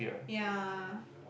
yeah